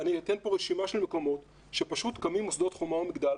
אני אתן פה רשימה של מקומות מוסדות חומה ומגדל,